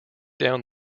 down